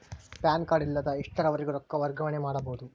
PAN card ಇಲ್ಲದ ಎಷ್ಟರವರೆಗೂ ರೊಕ್ಕ ವರ್ಗಾವಣೆ ಮಾಡಬಹುದು?